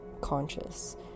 conscious